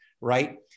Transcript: right